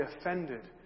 offended